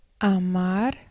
Amar